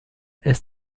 ist